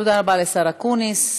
תודה רבה לשר אקוניס.